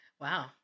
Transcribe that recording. Wow